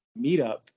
meetup